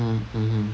mm mmhmm